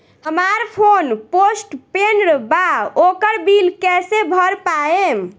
हमार phone postpaid बा ओकर बिल कईसे भर पाएम?